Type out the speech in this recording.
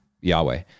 Yahweh